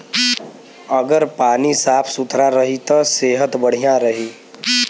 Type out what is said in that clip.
अगर पानी साफ सुथरा रही त सेहत बढ़िया रही